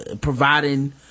providing